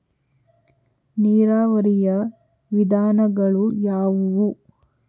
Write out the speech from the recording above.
ನೀರಾವರಿಯ ವಿಧಾನಗಳು ಯಾವುವು?